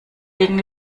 legen